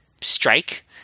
strike